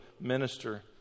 minister